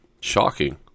Shocking